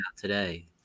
today